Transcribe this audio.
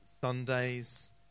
Sundays